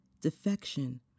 defection